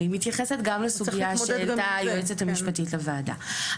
אני מתייחסת גם לסוגייה שהעלתה היועצת המשפטית לוועדה.